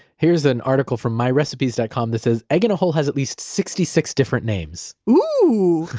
here's an article from myrecipes dot com that says egg in a hole has at least sixty six different names. oooh!